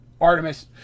Artemis